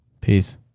peace